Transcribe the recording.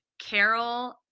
Carol